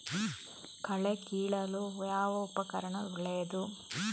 ಕಳೆ ಕೀಳಲು ಯಾವ ಉಪಕರಣ ಒಳ್ಳೆಯದು?